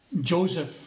Joseph